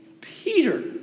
Peter